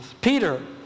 Peter